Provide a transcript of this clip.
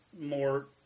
more